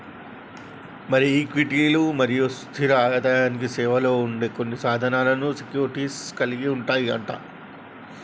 మరి ఈక్విటీలు మరియు స్థిర ఆదాయానికి సేరువలో ఉండే కొన్ని సాధనాలను సెక్యూరిటీస్ కలిగి ఉంటాయి అంట